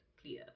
clear